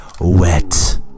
wet